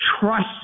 Trust